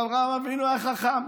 ואברהם אבינו היה חכם,